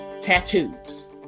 tattoos